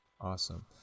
Awesome